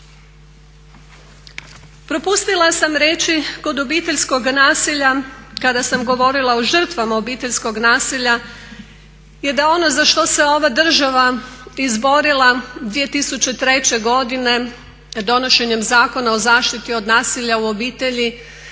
Propustila sam reći kod obiteljskog nasilja kada sam govorila o žrtvama obiteljskog nasilja je da ono za što se ova država izborila 2003. godine donošenjem Zakona o zaštiti od nasilja u obitelji,